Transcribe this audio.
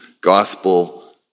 gospel